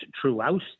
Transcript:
throughout